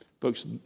Folks